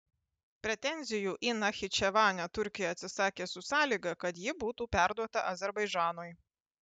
pretenzijų į nachičevanę turkija atsisakė su sąlyga kad ji būtų perduota azerbaidžanui